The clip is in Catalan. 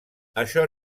això